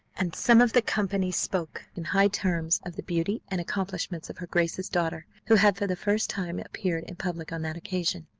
and some of the company spoke in high terms of the beauty and accomplishments of her grace's daughter, who had for the first time appeared in public on that occasion.